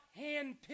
handpicked